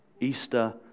Easter